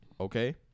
okay